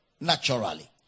naturally